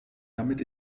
damit